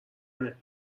منه